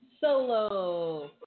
solo